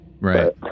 Right